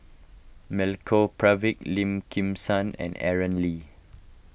Milenko Prvacki Lim Kim San and Aaron Lee